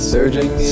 Surging